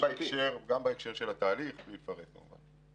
גם בהקשר של התהליך אפרט אחר כך.